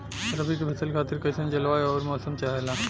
रबी क फसल खातिर कइसन जलवाय अउर मौसम चाहेला?